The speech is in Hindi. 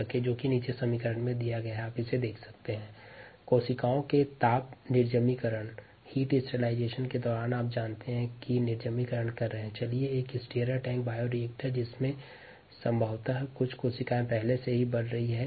rnetri rorg rcddt refer slide time 2028 कोशिका के ताप निर्जमिकरण के दौरान एक स्टीयरर्र टैंक बायोरिएक्टर जिसमें संभवतः कुछ कोशिका पहले से ही बढ़ रही हैं